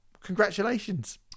congratulations